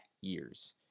years